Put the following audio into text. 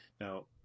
Now